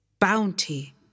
bounty